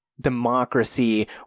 democracy